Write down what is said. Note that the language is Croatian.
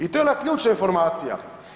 I to je ona ključna informacija.